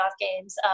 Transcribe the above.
games